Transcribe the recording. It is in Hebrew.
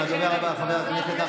תודה רבה, חבר הכנסת שטרן.